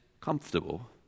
comfortable